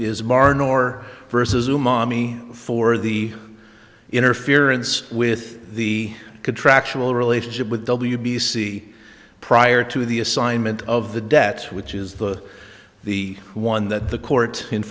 is maher nor versus umami for the interference with the contractual relationship with w b c prior to the assignment of the debts which is the the one that the court in